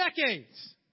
decades